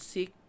Seek